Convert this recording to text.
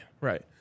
right